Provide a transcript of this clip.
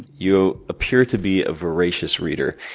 you appear to be a voracious reader.